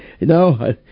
No